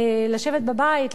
לשבת בבית,